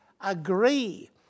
agree